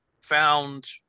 found